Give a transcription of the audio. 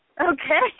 Okay